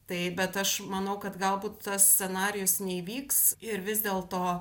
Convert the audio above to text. taip bet aš manau kad galbūt tas scenarijus neįvyks ir vis dėlto